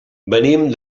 venim